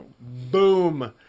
Boom